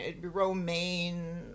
romaine